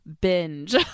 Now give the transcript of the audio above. Binge